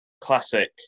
classic